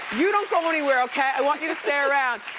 you don't go anywhere, okay? i want you to stay around.